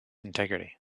integrity